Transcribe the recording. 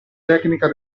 tecnica